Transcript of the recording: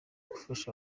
gufasha